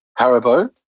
Haribo